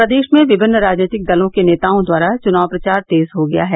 प्रदेश में विभिन्न राजनैतिक दलों के नेताओं द्वारा चुनाव प्रचार तेज हो गया है